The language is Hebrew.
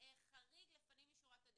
חריג לפנים משורת הדין,